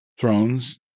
thrones